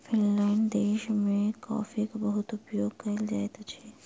Finland देश में कॉफ़ीक बहुत उपयोग कयल जाइत अछि